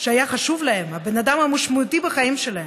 שהיה חשוב להם, הבן אדם המשמעותי בחיים שלהם,